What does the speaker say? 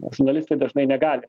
na žurnalistai dažnai negali